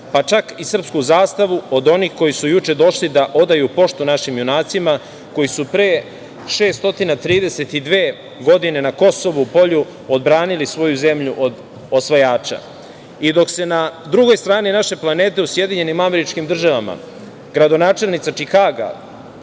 pa čak i srpsku zastavu od onih koji su juče došli da odaju poštu našim junacima koji su pre 632 godine na Kosovu polju odbranili svoju zemlju od osvajača. I dok se na drugoj strani naše planete u SAD, gradonačelnica Čikaga